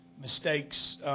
mistakes